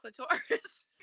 clitoris